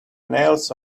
nails